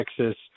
Texas